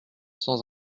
sans